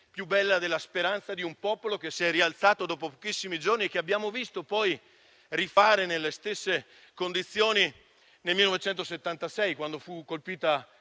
più bella della speranza di un popolo che si è rialzato dopo pochissimi giorni e che abbiamo visto agire nelle stesse condizioni nel 1976, quando Gemona fu colpita